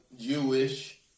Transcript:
Jewish